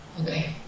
Okay